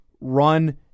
run